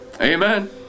Amen